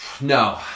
no